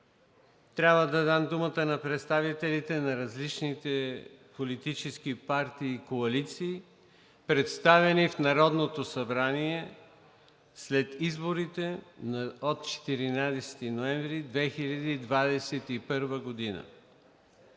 трябва да дам думата на представителите на различните политически партии и коалиции, представени в Народното събрание след изборите на 14 ноември 2021 г.